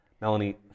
Melanie